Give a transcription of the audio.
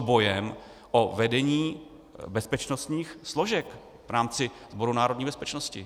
Soubojem o vedení bezpečnostních složek v rámci Sboru národní bezpečnosti.